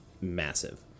massive